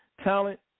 Talent